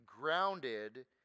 grounded